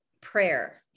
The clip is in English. prayer